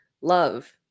Love